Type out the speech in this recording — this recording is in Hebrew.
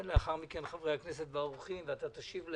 ולאחר מכן חברי הכנסת והאורחים ידברו ואתה תשיב להם.